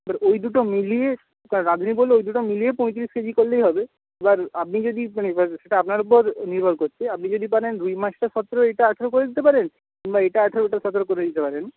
এবার ওই দুটো মিলিয়ে রাঁধুনি বলল ওই দুটো মিলিয়ে পঁয়ত্রিশ কেজি করলেই হবে এবার আপনি যদি মানে সেটা আপনার উপর নির্ভর করছে আপনি যদি পারেন রুই মাছটা সতেরো এটা আঠারো করে দিতে পারেন কিংবা এটা আঠারো ওটা সতেরো করে দিতে পারেন